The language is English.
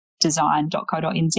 design.co.nz